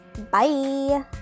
Bye